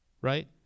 right